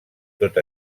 tot